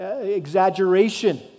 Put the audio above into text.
exaggeration